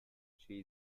she